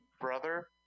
Brother